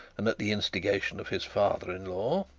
and at the instigation of his father-in-law.